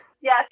Yes